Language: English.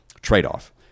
trade-off